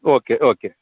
okay okay